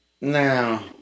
now